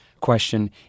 question